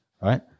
right